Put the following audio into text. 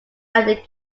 united